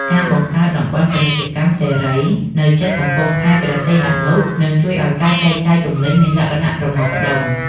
ការបង្កើត "តំបន់ពាណិជ្ជកម្មសេរី" នៅជិតកំពង់ផែព្រះសីហនុ នឹងជួយឱ្យការចែកចាយទំនិញមានលក្ខណៈប្រមូលផ្ដុំ។